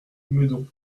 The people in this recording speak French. meudon